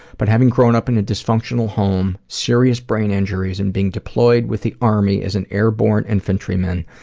but having grown up in a dysfunctional home, serious brain injuries, and being deployed with the army as an airborne infantryman,